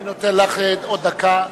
אני נותן לך עוד דקה,